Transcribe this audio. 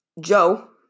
Joe